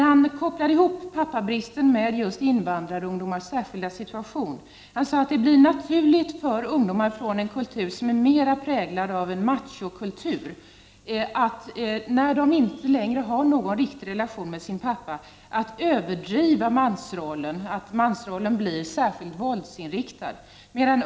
Han kopplade ihop pappabristen med invandrarungdomars särskilda situation. Han sade att det blir naturligt för ungdomar från en mera utpräglad machokultur att överdriva mansrollen, att mansrollen blir särskilt våldsinriktad, när de inte längre har någon riktig relation med sin pappa.